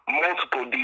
multiple